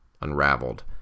unraveled